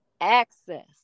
Access